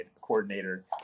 coordinator